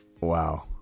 wow